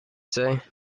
say